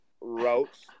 routes